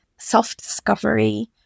self-discovery